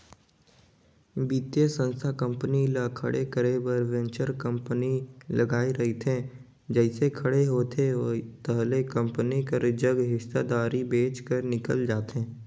बित्तीय संस्था कंपनी ल खड़े करे बर वेंचर कैपिटल लगाए रहिथे जइसे खड़े होथे ताहले कंपनी कर जग हिस्सादारी बेंच कर निकल जाथे